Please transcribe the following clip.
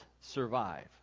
survive